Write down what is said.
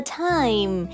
time